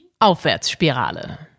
Aufwärtsspirale